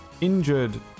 injured